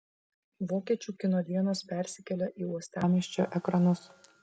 vokiečių kino dienos persikelia į uostamiesčio ekranus